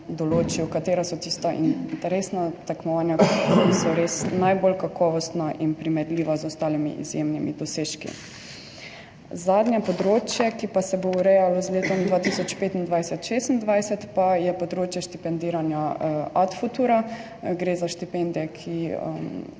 določil, katera so tista interesna tekmovanja, ki so res najbolj kakovostna in primerljiva z ostalimi izjemnimi dosežki. Zadnje področje, ki pa se bo urejalo z letom 2025/2026, pa je področje štipendiranja Ad futura. Gre za štipendije, ki